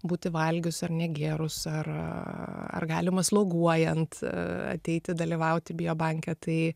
būti valgius ar negėrus ar ar galima sloguojant ateiti dalyvauti biobanke tai